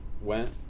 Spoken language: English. went